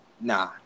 Nah